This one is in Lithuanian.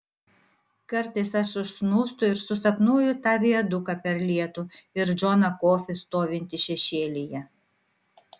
kartais aš užsnūstu ir susapnuoju tą viaduką per lietų ir džoną kofį stovintį šešėlyje